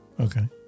Okay